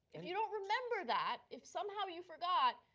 if you don't remember that, if somehow you forgot,